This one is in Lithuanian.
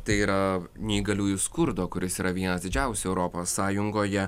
tai yra neįgaliųjų skurdo kuris yra vienas didžiausių europos sąjungoje